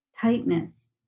tightness